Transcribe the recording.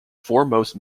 foremost